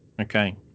Okay